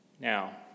Now